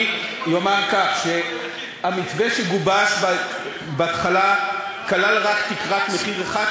אני אומר כך: המתווה שגובש בהתחלה כלל רק תקרת מחיר אחת,